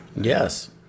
Yes